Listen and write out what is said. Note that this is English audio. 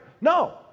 No